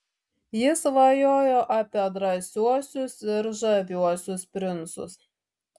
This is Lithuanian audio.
ji svajojo apie drąsiuosius ir žaviuosius princus